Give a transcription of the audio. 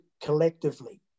collectively